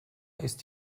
ist